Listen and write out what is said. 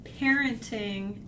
parenting